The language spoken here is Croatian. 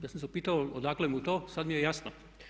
Ja sam se pitao odakle mu to, sada mi je jasno.